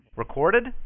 Recorded